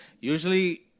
Usually